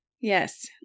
Yes